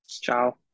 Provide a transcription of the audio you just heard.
Ciao